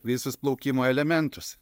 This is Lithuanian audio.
visus plaukimo elementus